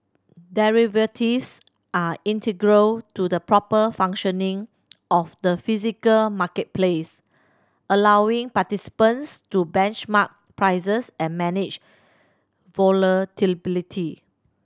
derivatives are integral to the proper functioning of the physical marketplace allowing participants to benchmark prices and manage